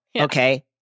okay